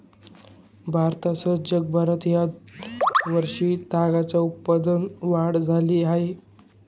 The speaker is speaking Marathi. भारतासह जगभरात या वर्षी तागाच्या उत्पादनात वाढ झाली आहे